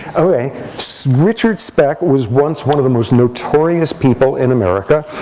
so richard speck was once one of the most notorious people in america.